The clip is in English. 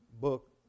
book